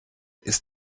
ist